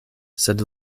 sed